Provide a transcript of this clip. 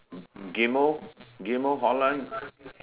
Ghim-Moh Ghim-Moh Holland